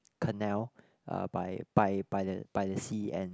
canal uh by by by the by the sea and